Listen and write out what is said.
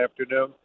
afternoon